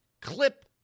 clip